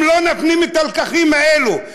אם לא נפנים את הלקחים האלה,